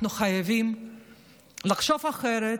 אנחנו חייבים לחשוב אחרת,